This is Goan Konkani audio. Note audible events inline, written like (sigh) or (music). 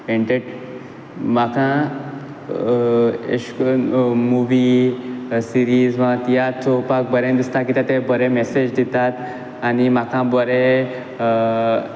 (unintelligible) म्हाका अेश करून मुवी सिरीज वा तियात्र पोवपाक बरें दिसता कित्याक ते बरे मेसेज दितात आनी म्हाका बरें